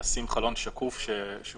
לשים חלון שקוף שהוא